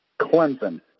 Clemson